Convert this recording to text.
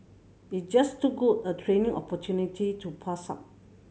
it's just too good a training opportunity to pass up